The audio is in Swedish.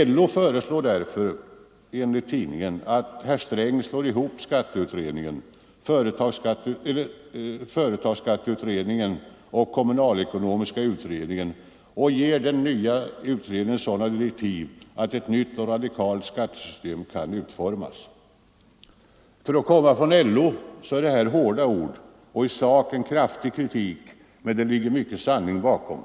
LO föreslår därför, enligt tidningen, att herr Sträng slår ihop skatteutredningen, företagsskatteberedningen och kommunalekonomiska utredningen och ger den nya utredningen sådana direktiv att ett nytt och radikalt skattesystem kan utformas. För att komma från LO är detta hårda ord och i sak en kraftig kritik, men det ligger mycken sanning bakom.